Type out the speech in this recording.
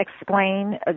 explain